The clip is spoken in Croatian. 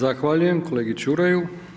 Zahvaljujem kolegi Čuraju.